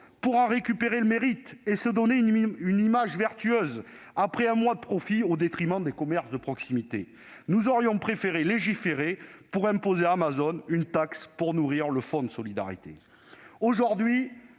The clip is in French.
pour en récupérer le mérite et se donner une image vertueuse après un mois de profits au détriment des commerces de proximité. Nous aurions préféré légiférer pour imposer à Amazon une taxe alimentant le fonds de solidarité. Aujourd'hui,